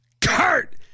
Kurt